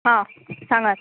आं सागांत